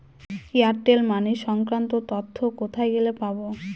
Airtel money সংক্রান্ত তথ্য কোথায় গেলে পাব?